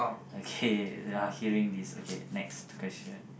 okay you're hearing this okay next question